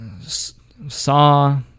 saw